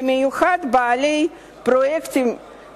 במיוחד בעלי הון